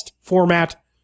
Format